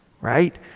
right